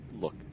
look